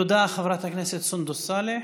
תודה, חברת הכנסת סונדוס סאלח.